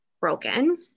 broken